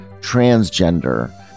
transgender